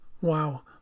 wow